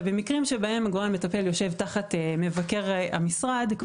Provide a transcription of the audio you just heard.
במקרים בהם הגורם המטפל יושב תחת מבקר המשרד,